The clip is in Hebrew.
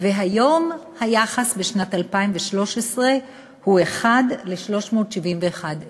והיום היחס, בשנת 2013, הוא 1 ל-371,000.